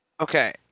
Okay